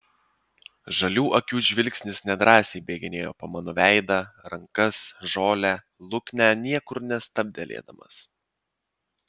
žalių akių žvilgsnis nedrąsiai bėginėjo po mano veidą rankas žolę luknę niekur nestabtelėdamas